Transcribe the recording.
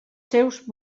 seus